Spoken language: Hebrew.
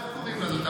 איך קוראים לה זאת,